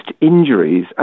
injuries